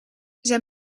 zijn